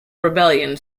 rebellion